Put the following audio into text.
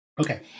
Okay